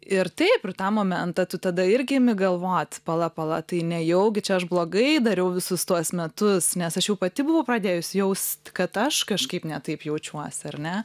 ir taip ir tą momentą tu tada irgi imi galvot pala pala tai nejaugi čia aš blogai dariau visus tuos metus nes aš jau pati buvau pradėjus jaust kad aš kažkaip ne taip jaučiuosi ar ne